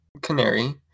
Canary